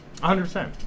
100%